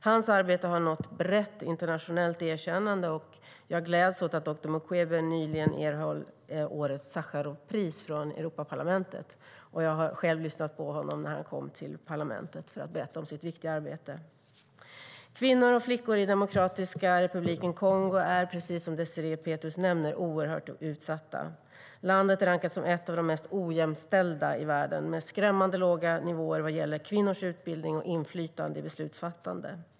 Hans arbete har nått brett internationellt erkännande, och jag gläds åt att doktor Mukwege nyligen erhållit årets Sacharovpris från Europaparlamentet. Jag lyssnade själv på honom när han kom till parlamentet för att berätta om sitt viktiga arbete. Kvinnor och flickor i Demokratiska republiken Kongo är oerhört utsatta, precis som Désirée Pethrus nämner. Landet rankas som ett av de mest ojämställda i världen, med skrämmande låga nivåer vad gäller kvinnors utbildning och inflytande över beslutsfattande.